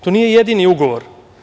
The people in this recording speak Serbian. To nije jedini ugovor.